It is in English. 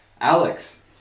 Alex